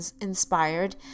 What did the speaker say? inspired